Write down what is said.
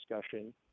discussion